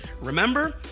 Remember